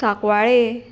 Sancoale